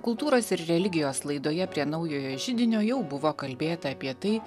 kultūras ir religijos laidoje prie naujojo židinio jau buvo kalbėta apie tai